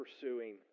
pursuing